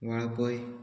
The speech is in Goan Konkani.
वाळपय